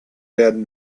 werden